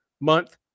month